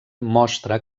mostra